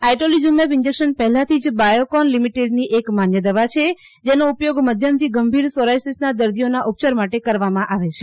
આઇટોલી જુમૈબ injection પહેલાથી જ બાયોકોન લિમિટેડની એક માન્ય દવા છે જેનો ઉપયોગ મધ્યમથી ગંભીર સોરાયરિસના દર્દીઓના ઉપયાર માટે કરવામાં આવે છે